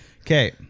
Okay